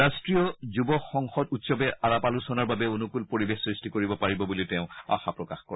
ৰাট্টীয় যুৱ সংসদ উৎসৱে আলাপ আলোচনাৰ বাবে অনুকুল পৰিবেশ সৃষ্টি কৰিব পাৰিব বুলি তেওঁ আশা প্ৰকাশ কৰে